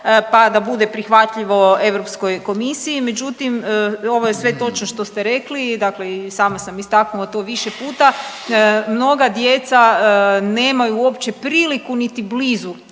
pa da bude prihvatljivo EK, međutim, ovo je sve točno što ste rekli, dakle i sama sam istaknula to više puta. Mnoga djeca nemaju uopće priliku niti blizu